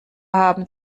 haben